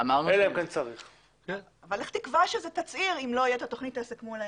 איך תקבע שזה תצהיר אם לא יהיה את תוכנית העסק מול העיניים?